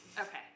Okay